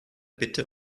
bitte